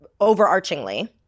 overarchingly